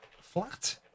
flat